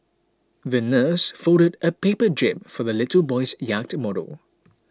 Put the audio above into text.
the nurse folded a paper jib for the little boy's yacht model